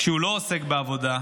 כשהוא לא עסוק בעבודה,